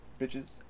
Bitches